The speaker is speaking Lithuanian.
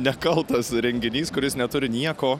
nekaltas įrenginys kuris neturi nieko